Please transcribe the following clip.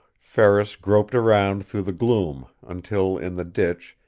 ferris groped around through the gloom until, in the ditch,